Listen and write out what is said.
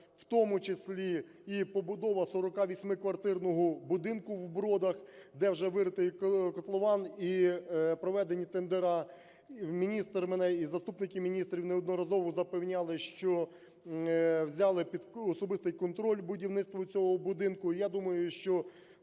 в тому числі і побудова 48-квартирного будинку в Бродах, де вже виритий котлован і проведені тендери. Міністр мене і заступники міністрів неодноразово запевняли, що взяли під особистий контроль будівництво цього будинку.